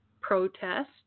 protest